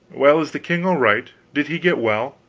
well is the king all right? did he get well?